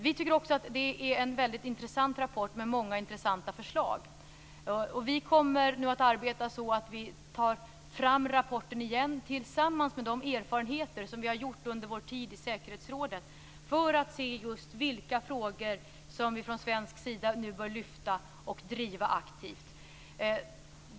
Vi tycker också att det är en väldigt intressant rapport med många intressanta förslag, och vi kommer nu att arbeta så att vi tar fram rapporten igen tillsammans med de erfarenheter som vi har fått under vår tid i säkerhetsrådet för att se just vilka frågor som vi från svensk sida nu bör lyfta fram och driva aktivt.